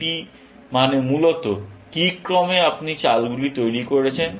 এটি মানে মূলত কি ক্রমে আপনি চালগুলি তৈরি করছেন